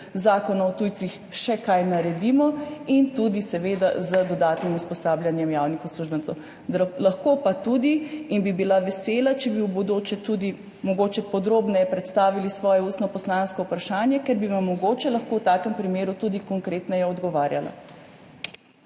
Zakona o tujcih še kaj naredimo, in tudi seveda z dodatnim usposabljanjem javnih uslužbencev. Lahko pa bi tudi – in bi bila vesela, če bi – v bodoče mogoče podrobneje predstavili svoje ustno poslansko vprašanje, ker bi vam mogoče lahko v takem primeru tudi konkretneje odgovarjala.